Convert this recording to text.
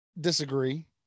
disagree